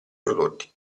prodotti